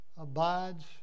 abides